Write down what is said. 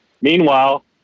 Meanwhile